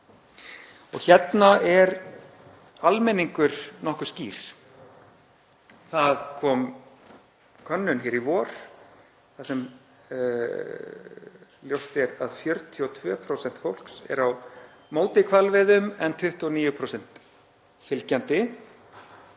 Hérna er almenningur nokkuð skýr. Það kom könnun í vor þar sem ljóst er að 42% fólks eru á móti hvalveiðum en 29% fylgjandi